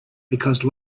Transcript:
because